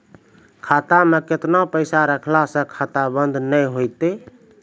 खाता मे केतना पैसा रखला से खाता बंद नैय होय तै?